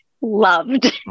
loved